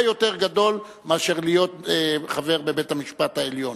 יותר גדול מלהיות חבר בבית-המשפט העליון,